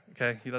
Okay